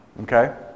Okay